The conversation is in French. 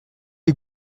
les